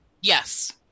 yes